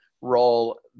role